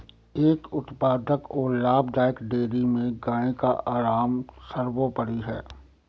एक उत्पादक और लाभदायक डेयरी में गाय का आराम सर्वोपरि है